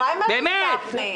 סתם דוגמה,